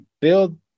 build